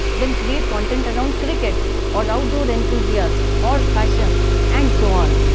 then create content around cricket or outdoor enthusiasts or fashion and so on.